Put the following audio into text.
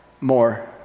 more